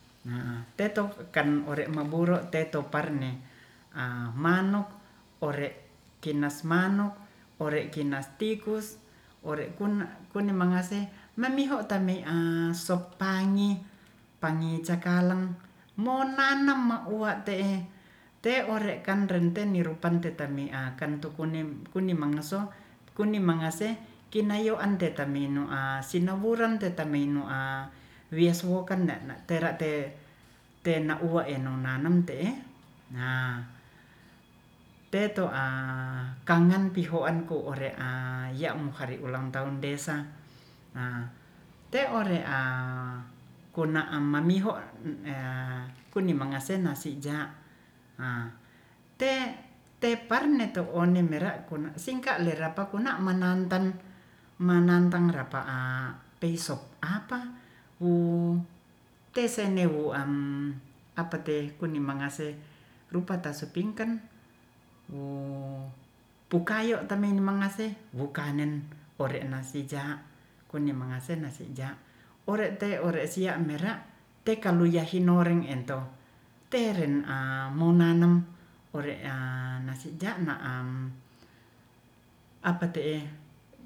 Peto kan ore maburo teto par ne manuk ore kinas manuk kinas manuk ore kinas tikus ore kun kuni mangase mamiho tami aso pang pangi cakalang monanem wo uwa te'e te ore kan renteni rupan titeni aka to kuni manga so kuni mangase kinayoan te taminu asinowuren teta mino a wis woken tera te tena uwa eno nanam te'e teto a kangen pihoan ko ore aya mo hari ulang tahun desa te ore a kuna ang mamimo kuni mangase nasi ja te tepar ne to one merakuna singka lerapa kuna manantan menantang rapa piso apa wu tesene wu am apate kuni mangase rupata supingkan mu pukayo tamen mangase wu kanen ore nasi ja kuni mangase nasi ja ore te ore sia mera tekaluya hinore ento teren a munanam ore nasi ja na am apa te'e